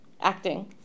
acting